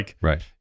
right